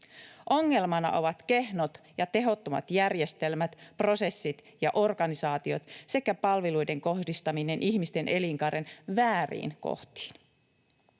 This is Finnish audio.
Ongelmana ovat kehnot ja tehottomat järjestelmät, prosessit ja organisaatiot sekä palveluiden kohdistaminen ihmisten elinkaaren vääriin kohtiin.